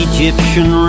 Egyptian